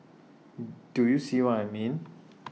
do you see what I mean